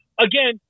Again